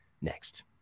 next